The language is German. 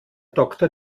doktor